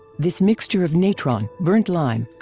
this mixture of natron, burnt lime,